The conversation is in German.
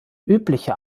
übliche